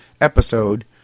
episode